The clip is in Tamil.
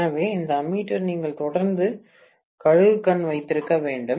எனவே இந்த அம்மீட்டர் நீங்கள் தொடர்ந்து கழுகு கண் வைத்திருக்க வேண்டும்